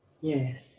yes